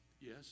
yes